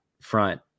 front